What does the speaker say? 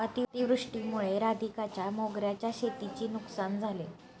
अतिवृष्टीमुळे राधिकाच्या मोगऱ्याच्या शेतीची नुकसान झाले